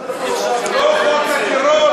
כן, רק הארנונה.